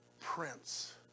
Prince